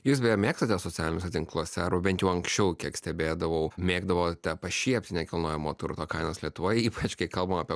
jūs beje mėgstate socialiniuose tinkluose arba bent jau anksčiau kiek stebėdavau mėgdavote pašiepti nekilnojamo turto kainas lietuvoj ypač kai kalbam apie